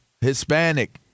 Hispanic